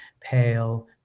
Pale